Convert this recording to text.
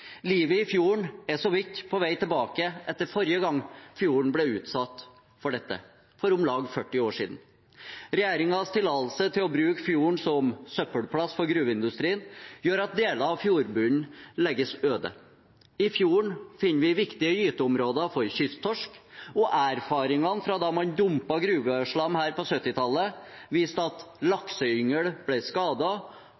Livet i fjorden er så vidt på vei tilbake etter forrige gang fjorden ble utsatt for dette, for om lag 40 år siden. Regjeringens tillatelse til å bruke fjorden som søppelplass for gruveindustrien gjør at deler av fjordbunnen legges øde. I fjorden finner vi viktige gyteområder for kysttorsk, og erfaringene fra da man dumpet gruveslam her på 1970-tallet, viser at